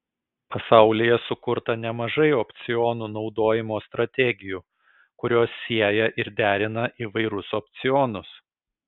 pasaulyje sukurta nemažai opcionų naudojimo strategijų kurios sieja ir derina įvairus opcionus